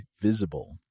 visible